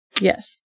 Yes